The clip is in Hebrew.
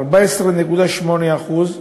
14.8%,